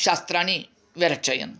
शास्त्राणि व्यरचयन्